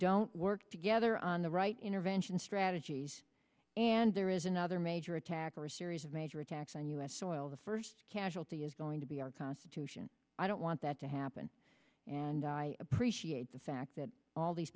don't work together on the right intervention strategies and there is another major attack or a series of major attacks on u s soil the first casualty is going to be our constitution i don't want that to happen and i appreciate the fact that all these